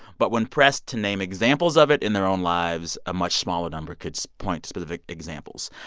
but when pressed to name examples of it in their own lives, a much smaller number could so point to specific examples.